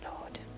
Lord